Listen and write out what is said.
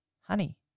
honey